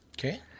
Okay